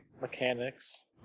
mechanics